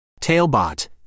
Tailbot